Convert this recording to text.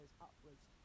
upwards